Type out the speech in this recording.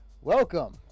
welcome